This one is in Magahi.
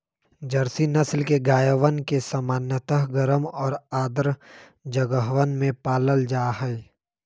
जर्सी नस्ल के गायवन के सामान्यतः गर्म और आर्द्र जगहवन में पाल्ल जाहई